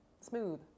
Smooth